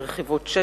ברכיבות שטח,